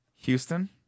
Houston